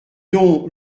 donc